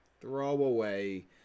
throwaway